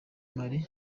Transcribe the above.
marie